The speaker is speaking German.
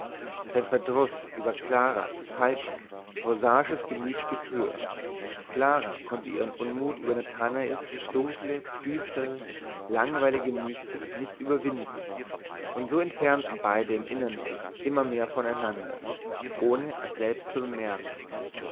sein verdruß über claras kaltes prosaisches gemüt stieg höher clara konnte ihren unmut über nathanaels dunkle düstere langweilige mystik nicht überwinden und so entfernten beide im innern sich immer mehr voneinander ohne es selbst zu bemerken